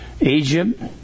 Egypt